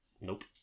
Nope